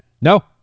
No